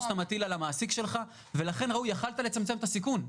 שאתה מטיל על המעסיק שלך ולכן יכול היית לצמצם את הסיכון.